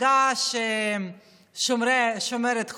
מפלגה של כל עם ישראל, מפלגה שומרת חוק,